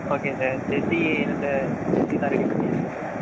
okay sir jersey என்ன sir ஜெர்ஸிலாம் ready பண்ணியாச்சா சார்